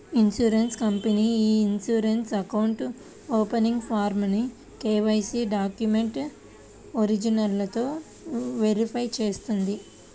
insurance company ఇ insurance account opening ఫారమ్ను KYC డాక్యుమెంట్ల ఒరిజినల్లతో వెరిఫై చేస్తుంది